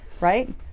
Right